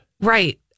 right